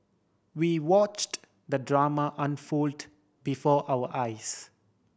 we watched the drama unfold before our eyes